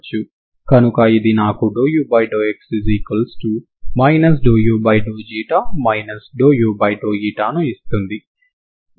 కనుక ఇది నాకు ∂u∂x ∂u ∂u ఇస్తుంది